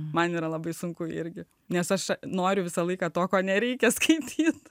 man yra labai sunku irgi nes aš noriu visą laiką to ko nereikia skaityti